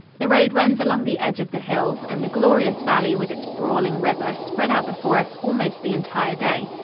the road runs along the edge of the hills, and the glorious valley with its brawling river spread out before us almost the entire day.